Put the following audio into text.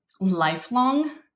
lifelong